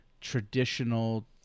traditional